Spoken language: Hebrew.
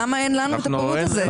למה אין לנו את הפירוט הזה?